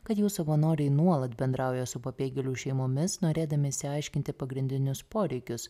kad jų savanoriai nuolat bendrauja su pabėgėlių šeimomis norėdami išsiaiškinti pagrindinius poreikius